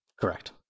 Correct